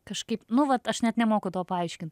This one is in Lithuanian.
kažkaip nu vat aš net nemoku to paaiškint